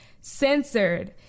censored